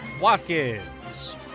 Watkins